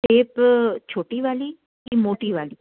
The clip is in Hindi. टेप छोटी वाली कि मोटी वाली